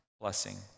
blessing